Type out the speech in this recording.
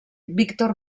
víctor